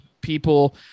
people